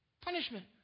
punishment